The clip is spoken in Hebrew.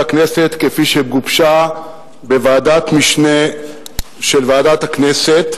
הכנסת כפי שגובשה בוועדת משנה של ועדת הכנסת,